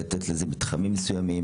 להקצות לכך מתחמים מסוימים,